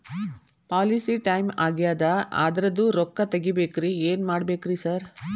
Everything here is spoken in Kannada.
ಪಾಲಿಸಿ ಟೈಮ್ ಆಗ್ಯಾದ ಅದ್ರದು ರೊಕ್ಕ ತಗಬೇಕ್ರಿ ಏನ್ ಮಾಡ್ಬೇಕ್ ರಿ ಸಾರ್?